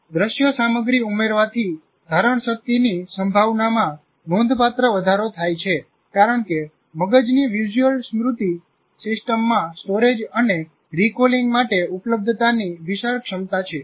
દ્રશ્ય સામગ્રી ઉમેરવાથી ધારણશક્તિની સંભાવનામાં નોંધપાત્ર વધારો થાય છે કારણ કે મગજની વિઝ્યુઅલ સ્મૃતિ સિસ્ટમમાં સ્ટોરેજ અને રિકોલિંગ માટે ઉપલબ્ધતાની વિશાળ ક્ષમતા છે